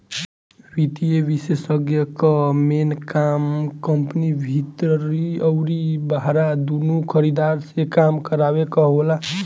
वित्तीय विषेशज्ञ कअ मेन काम कंपनी भीतर अउरी बहरा दूनो खरीदार से काम करावे कअ होला